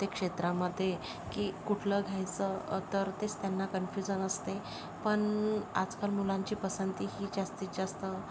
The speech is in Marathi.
प्रत्येक क्षेत्रामध्ये की कुठलं घ्यायचं तर तेच त्यांना कन्फ्युजन असते पण आजकाल मुलांची पसंती ही जास्तीत जास्त